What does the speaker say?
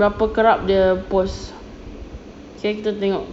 berapa kerap dia post sekarang kita tengok